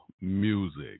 music